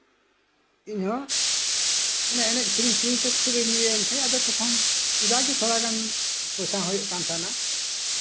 ᱤᱧᱦᱚᱸ ᱮᱱᱮᱡ ᱥᱮᱨᱮᱧ ᱥᱮᱨᱮᱧᱛᱮ ᱠᱷᱩᱵ ᱤᱧ ᱤᱭᱟᱹᱭᱮᱱ ᱠᱷᱟᱱ ᱛᱚᱠᱷᱚᱱ ᱡᱟᱜᱮ ᱛᱷᱚᱲᱟᱜᱟᱱ ᱯᱚᱭᱥᱟ ᱦᱚᱸ ᱦᱩᱭᱩᱜ ᱠᱟᱱ ᱛᱟᱸᱦᱮᱱᱟ